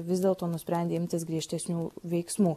vis dėlto nusprendė imtis griežtesnių veiksmų